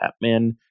Batman